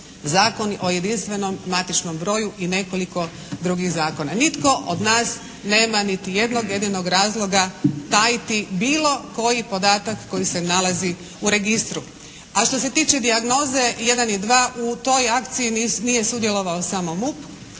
Zakon o jedinstvenom matičnom broju i nekoliko drugih zakona. Nitko od nas nema niti jednog jedinog razloga tajiti bilo koji podatak koji se nalazi u registru. A što se tiče dijagnoze 1. i 2., u toj akciji nije sudjelovao samo MUP,